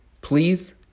Please